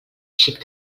xic